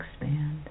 expand